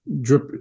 drip